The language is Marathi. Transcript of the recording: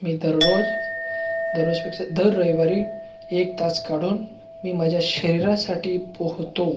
मी दररोज दररोजपेक्षा दर रविवारी एक तास काढून मी माझ्या शरीरासाठी पोहतो